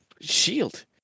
shield